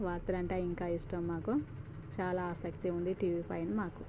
వార్తలంటే ఇంకా ఇష్టం మాకు చాలా ఆసక్తి ఉంది టీవీ పైన మాకు